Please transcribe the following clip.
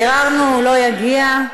ביררנו, הוא לא יגיע.